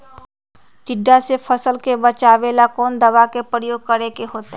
टिड्डा से फसल के बचावेला कौन दावा के प्रयोग करके होतै?